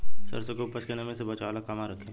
सरसों के उपज के नमी से बचावे ला कहवा रखी?